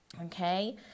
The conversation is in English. okay